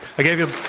i gave you